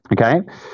okay